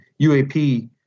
UAP